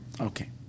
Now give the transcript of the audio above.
Okay